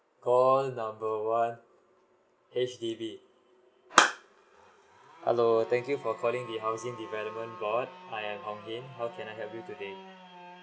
call number one H_D_B hello thank you for calling the housing development board I am hong hin how can I help you today